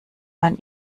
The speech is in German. man